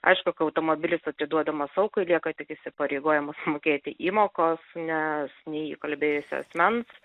aišku kai automobilis atiduodamas aukai lieka tik įsipareigojimas mokėti įmokas nes nei įkalbėjusio asmens